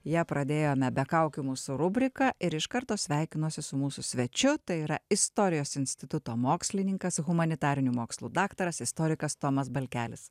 ją pradėjome be kaukių mūsų rubriką ir iš karto sveikinuosi su mūsų svečiu tai yra istorijos instituto mokslininkas humanitarinių mokslų daktaras istorikas tomas balkelis